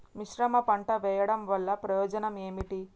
మిశ్రమ పంట వెయ్యడం వల్ల ప్రయోజనం ఏమిటి?